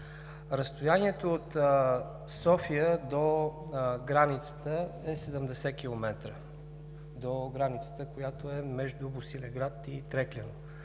Разстоянието от София до границата е 70 км – до границата, която е между Босилеград и Трекляно.